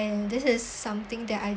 and this is something that I